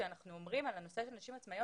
כשאנחנו אומרים על הנושא של הנשים העצמאיות,